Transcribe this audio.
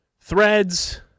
threads